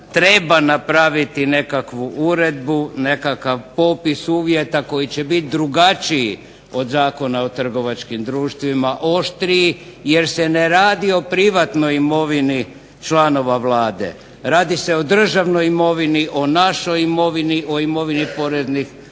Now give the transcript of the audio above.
treba napraviti nekakvu uredbu nekakav popis uvjeta koji će biti drugačiji od Zakona o trgovačkim društvima, oštriji jer se ne radi o privatnoj imovini članova Vlade. Radi se o državnoj imovini, o našoj imovini, o imovini poreznih